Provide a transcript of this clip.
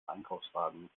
einkaufswagen